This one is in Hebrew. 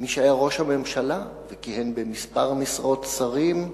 מי שהיה ראש הממשלה וכיהן בכמה משרות שרים,